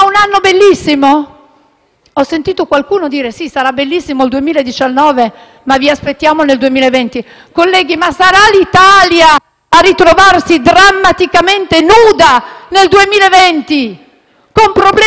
un anno bellissimo? Ho sentito qualcuno dire «sì, sarà bellissimo il 2019, ma vi aspettiamo nel 2020». Colleghi, sarà l'Italia a ritrovarsi drammaticamente nuda nel 2020, con problemi